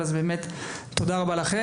אז באמת תודה רבה לכם.